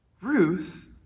Ruth